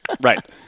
Right